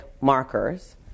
markers